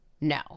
No